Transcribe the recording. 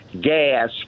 gas